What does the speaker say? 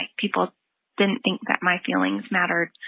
and people didn't think that my feelings mattered.